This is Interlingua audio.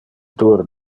dur